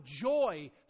joy